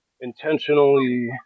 intentionally